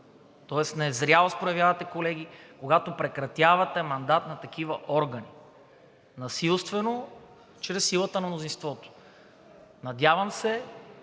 тоест незрялост, проявявате, колеги, когато прекратявате мандат на такива органи – насилствено чрез силата на мнозинството. Надявам се